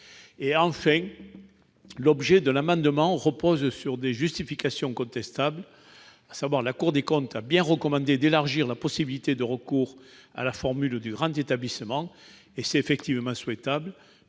Enfin, l'objet de l'amendement repose sur des justifications contestables. La Cour des comptes a bien recommandé d'élargir la possibilité de recourir à la formule du grand établissement, ce qui est effectivement souhaitable.